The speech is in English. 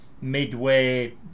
midway